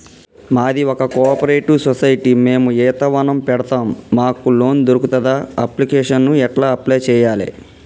మాది ఒక cooperative society మేము ఈత వనం పెడతం మాకు లోన్ దొర్కుతదా? అప్లికేషన్లను ఎట్ల అప్లయ్ చేయాలే?